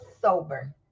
sober